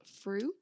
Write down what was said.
fruit